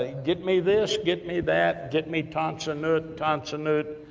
ah get me this, get me that. get me thompson nuit. thompson nuit,